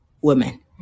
women